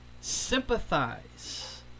sympathize